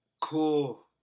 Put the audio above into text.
Cool